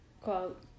Quote